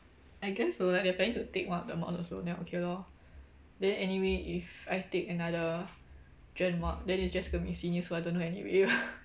I guess so like they planning to take one of the mods also then okay lor then anyway if I take another gen mod then it's just going to be seniors who I don't know anyway